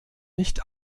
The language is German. nicht